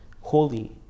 holy